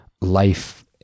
life